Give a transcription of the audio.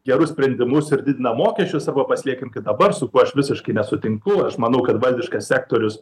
gerus sprendimus ir didinam mokesčius arba pasiliekam kai dabar su kuo aš visiškai nesutinku aš manau kad valdiškas sektorius